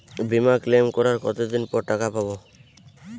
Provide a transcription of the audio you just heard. বিমা ক্লেম করার কতদিন পর টাকা পাব?